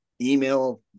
email